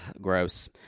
Gross